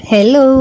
Hello